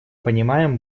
понимаем